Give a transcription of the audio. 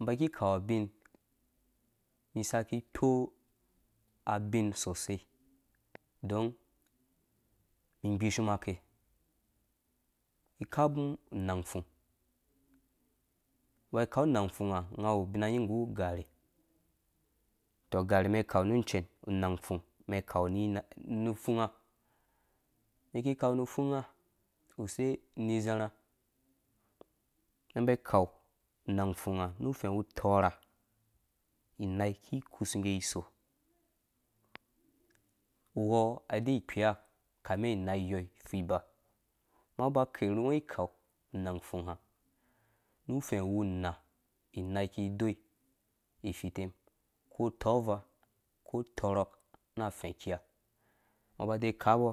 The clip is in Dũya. ĩmba iki ikau abin isaki ikpo abin sosai don ĩgbishuma ake ikapũ inang pfung, imba ikan unang pruã unga awu ubina nying nggu ugarhe, utɔ ugarhe umɛn ikau nu uncen, unang pfung, umɛn ikau nu uncen. unang pfung, umɛn ikau nu upfung iki ikau nu upfunga, use uni izarhã umɛn iba ikau unang upfung nu ufɛ̃ uwu utɔorhainai iki ikusu ngge siso, uwɔ ae ikpea ukami inai iyɔ ipfuri iba, amma ungo uba ukerhu ngo ikan unang pfung nu ufɛ uwu unãã, inai iki idoi ififitem uko utɔɔva, ukɔ utɔrhɔk na afɛ̃ akia ubade ukapɔ